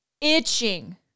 itching